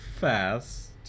fast